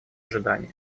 ожидания